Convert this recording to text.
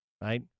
right